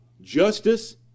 justice